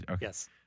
Yes